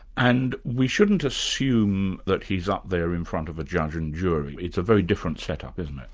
and we shouldn't assume that he's up there in front of a judge and jury, it's a very different set-up, isn't it?